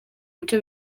bice